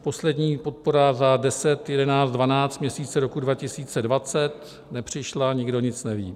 Poslední podpora za 10., 11., 12. měsíc roku 2020 nepřišla, nikdo nic neví.